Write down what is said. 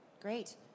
Great